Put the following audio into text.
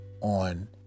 on